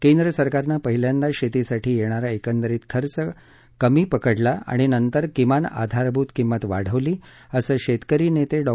केंद्र सरकारनं पहिल्यांदा शेतीसाठी येणारा एकंदरीत खर्च कमी पकडला आणि नंतर किमान आधारभूत किंमत वाढवली असं शेतकरी नेते डॉ